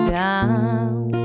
down